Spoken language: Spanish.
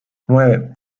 nueve